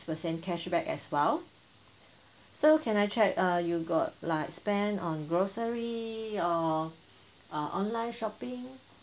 percent cashback as well so can I check uh you got like spend on grocery or uh online shopping